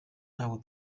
ntabwo